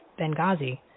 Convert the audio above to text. Benghazi